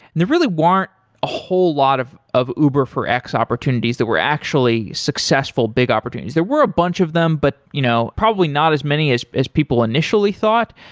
there really weren't a whole lot of of uber for x opportunities that were actually successful big opportunities. there were a bunch of them, but you know probably not as many as as people initially thought.